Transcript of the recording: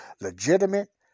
legitimate